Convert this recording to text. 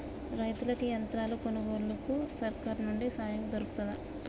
రైతులకి యంత్రాలు కొనుగోలుకు సర్కారు నుండి సాయం దొరుకుతదా?